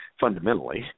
fundamentally